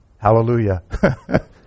Hallelujah